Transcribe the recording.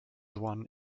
one